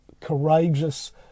courageous